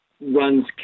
runs